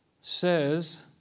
says